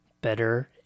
Better